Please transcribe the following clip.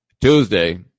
Tuesday